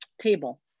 table